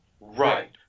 Right